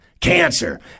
Cancer